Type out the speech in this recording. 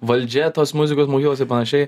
valdžia tos muzikos mokyklos ir panašiai